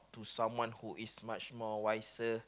to someone who is much more wiser